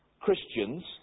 Christians